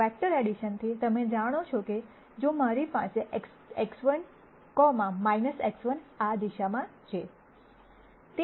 vector એડીશનથી તમે જાણો છો કે જો મારી પાસે X1 X1 આ દિશામાં છે